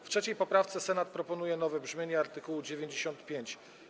W 3. poprawce Senat proponuje nowe brzmienie art. 95.